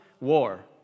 war